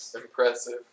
Impressive